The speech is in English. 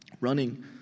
running